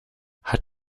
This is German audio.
hat